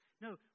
No